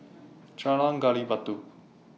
Jalan Gali Batu